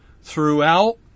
throughout